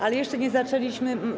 Ale jeszcze nie zaczęliśmy.